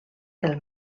del